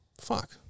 fuck